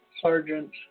Sergeant